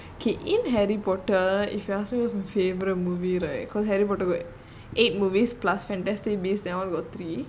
that's my favourite K in harry potter if you ask me my favourite movie right cause harry potter got eight movies plus fantastic beasts that [one] got three